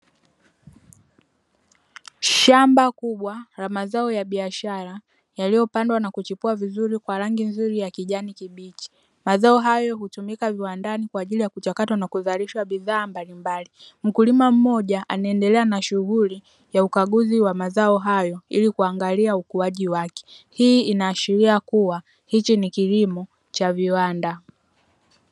Shamba kubwa la mazao ya biashara yaliyopandwa na kuchipua vizuri kwa rangi ya kijani kibichi. Mazao hayo hutumika viwandani kwaajili ya kuchakatwa na kuzalishwa bidhaa mbalimbali. Mkulima mmoja anaendelea na shughuli ya ukaguzi wa mazao hayo, ili kuangalia ukuaji wake. Hii inaashiria kuwa hichi ni kilimo cha viwanda.